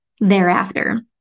thereafter